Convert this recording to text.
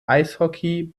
eishockey